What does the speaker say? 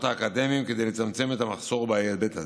האקדמיים כדי לצמצם את המחסור בהיבט הזה.